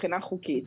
מבחינה חוקית.